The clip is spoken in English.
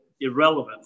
irrelevant